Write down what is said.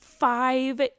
Five